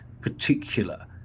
particular